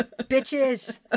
Bitches